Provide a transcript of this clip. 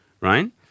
right